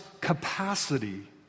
capacity